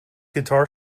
guitar